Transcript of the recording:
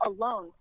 alone